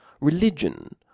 religion